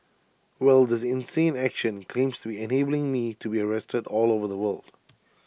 well this insane action claims to be enabling me to be arrested all over the world